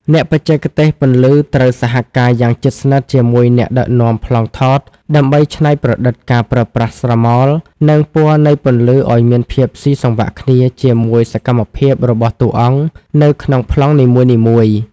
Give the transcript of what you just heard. អ្នកបច្ចេកទេសពន្លឺត្រូវសហការយ៉ាងជិតស្និទ្ធជាមួយអ្នកដឹកនាំប្លង់ថត ដើម្បីច្នៃប្រឌិតការប្រើប្រាស់ស្រមោល និងពណ៌នៃពន្លឺឱ្យមានភាពស៊ីសង្វាក់គ្នាជាមួយសកម្មភាពរបស់តួអង្គនៅក្នុងប្លង់នីមួយៗ។